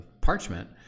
parchment